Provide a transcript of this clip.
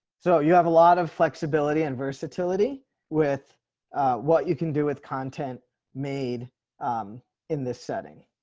so you have a lot of flexibility and versatility with what you can do with content made um in this setting.